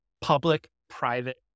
Public-private